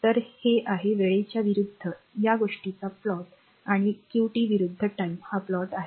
तर हे आहे वेळेच्या विरूद्ध या गोष्टीचा प्लॉट आणि qt विरूद्ध टाइम हा प्लॉट आहे